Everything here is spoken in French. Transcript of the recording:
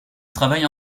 travaille